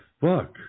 fuck